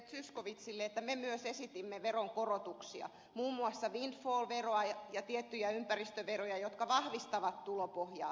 zyskowiczille että me myös esitimme veronkorotuksia muun muassa windfall veroa ja tiettyjä ympäristöveroja jotka vahvistavat tulopohjaa